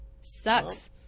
sucks